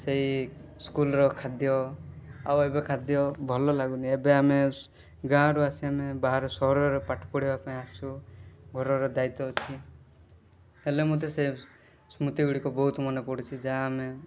ସେଇ ସ୍କୁଲ୍ର ଖାଦ୍ୟ ଆଉ ଏବେ ଖାଦ୍ୟ ଭଲଲାଗୁନି ଏବେ ଆମେ ଗାଁରୁ ଆସି ଆମେ ବାହାରେ ସହରରେ ପାଠପଢ଼ିବା ପାଇଁ ଆସିଛୁ ଘରର ଦାୟିତ୍ୱ ଅଛି ହେଲେ ମୋତେ ସେ ସ୍ମୃତିଗୁଡ଼ିକ ବହୁତ ମନେପଡ଼ୁଛି ଯାହା ଆମେ